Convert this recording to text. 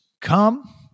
come